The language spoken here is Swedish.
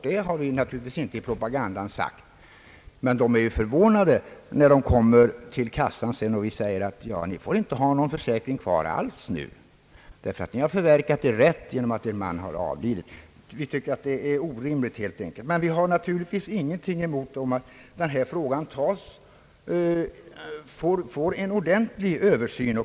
De blir också förvånade när de sedan kommer till kassan och man säger att de inte längre får ha någon försäkring kvar eftersom de förverkat sin rätt genom att mannen avlidit. Vi tycker att detta är orimligt, men vi har naturligtvis inte någonting emot att denna fråga får en ordentlig översyn.